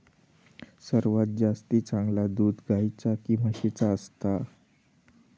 सर्वात जास्ती चांगला दूध गाईचा की म्हशीचा असता?